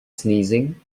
sneezing